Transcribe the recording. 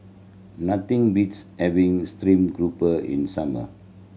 nothing beats having stream grouper in summer